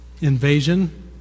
Invasion